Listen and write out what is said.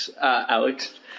Alex